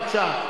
בבקשה.